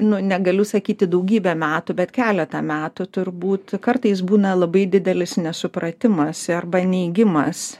nu negaliu sakyti daugybę metų bet keletą metų turbūt kartais būna labai didelis nesupratimas arba neigimas